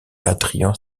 adrian